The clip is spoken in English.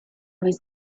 was